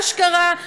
אשכרה,